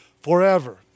forever